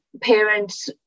parents